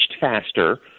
faster